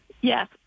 Yes